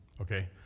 Okay